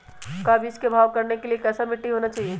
का बीज को भाव करने के लिए कैसा मिट्टी होना चाहिए?